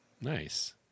nice